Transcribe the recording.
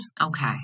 Okay